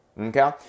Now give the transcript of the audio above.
Okay